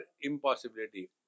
impossibility